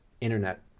internet